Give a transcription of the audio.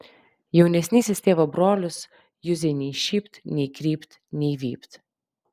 jaunesnysis tėvo brolis juzei nei šypt nei krypt nei vypt